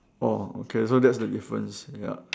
oh okay so that's the difference ya